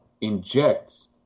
injects